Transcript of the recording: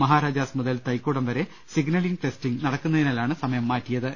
മഹാരാജാസ് മുതൽ തൈക്കുടംവരെ signalling testing നടക്കുന്നതിനാലാണ് സമയം മാറ്റിയത്